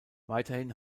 weiterhin